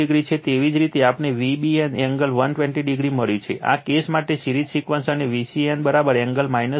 એવી જ રીતે આપણને Vbn એંગલ 120o મળ્યું આ કેસ માટે સિરીઝ સિક્વન્સ અને Vcn એંગલ 120o છે